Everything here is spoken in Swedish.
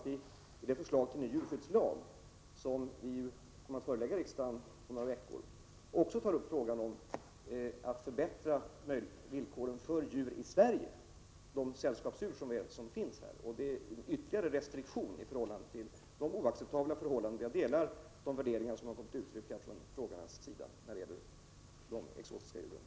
I det förslag till ny djurskyddslag som vi kommer att förelägga riksdagen om några veckor tas också frågan om att förbättra villkoren för djur i Sverige upp. Det gäller de sällskapsdjur som redan finns här. Det behövs ytterligare restriktioner för att komma till rätta med de oacceptabla förhållandena. Jag delar de värderingar som har kommit till uttryck från frågeställarnas sida när det gäller de exotiska djuren.